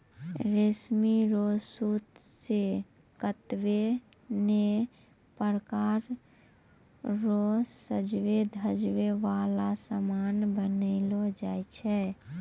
रेशमी रो सूत से कतै नै प्रकार रो सजवै धजवै वाला समान बनैलो जाय छै